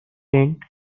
tent